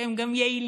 שהם גם יעילים,